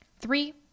Three